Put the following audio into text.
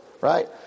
Right